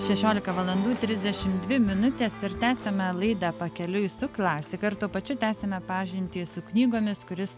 šešiolika valandų trisdešim dvi minutės ir tęsiame laidą pakeliui su klasika ir tuo pačiu tęsiame pažintį su knygomis kuris